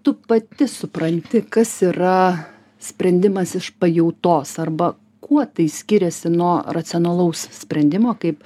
tu pati supranti kas yra sprendimas iš pajautos arba kuo tai skiriasi nuo racionalaus sprendimo kaip